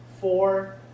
four